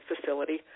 facility